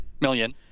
Million